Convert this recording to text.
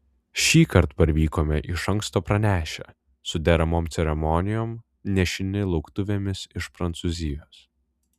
šįkart parvykome iš anksto pranešę su deramom ceremonijom nešini lauktuvėmis iš prancūzijos